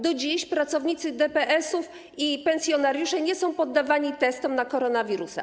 Do dziś pracownicy DPS-ów i ich pensjonariusze nie są poddawani testom na koronawirusa.